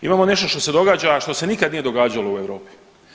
Imamo nešto što se događa što se nikad nije događalo u Europi.